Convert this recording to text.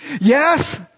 Yes